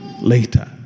later